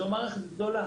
זו מערכת גדולה